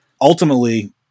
Ultimately